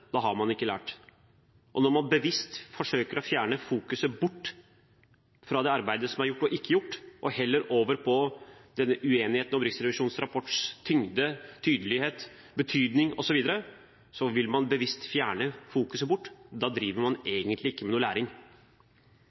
da har man ikke lært. Og når man bevisst forsøker å ta oppmerksomheten bort fra det arbeidet som er gjort og ikke gjort, og heller fokuserer på uenigheten om Riksrevisjonens rapports tyngde, tydelighet, betydning osv., driver man egentlig ikke med læring.